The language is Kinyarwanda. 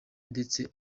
ndetse